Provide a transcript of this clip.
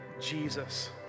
Jesus